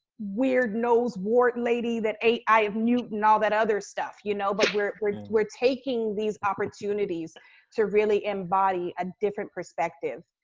weird nose-wart lady that ate eye of newt and all that other stuff. you know but we're we're taking these opportunities to really embody a different perspective.